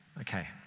Okay